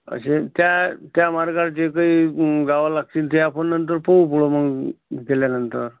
असे त्या त्या मार्गात जे काही गावे लागतील ते आपण नंतर पाहू बुवा मग गेल्यानंतर